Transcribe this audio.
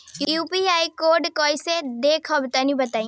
UPI code कैसे देखब बताई?